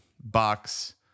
box